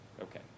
Okay